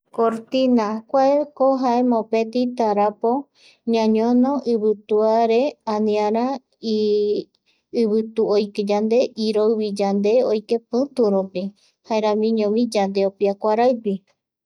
Cortina kuako jae mopeti tarapo ñañono iviatuare aniara ivitu oike yande iroivi oike yande piturupi jaeramiñovi yandeopia kuaraigui